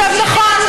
נכון,